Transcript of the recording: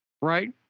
right